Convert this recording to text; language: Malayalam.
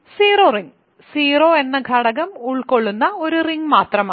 സീറോ റിങ് 0 എന്ന ഘടകം ഉൾക്കൊള്ളുന്ന ഒരു റിങ് മാത്രമാണ്